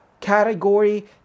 category